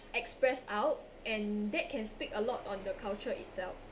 expressed out and that can speak a lot on the culture itself